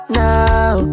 now